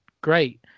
great